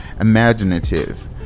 imaginative